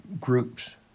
groups